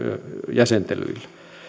jäsentelyillä